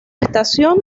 estación